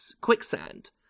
quicksand